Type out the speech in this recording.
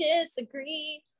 disagree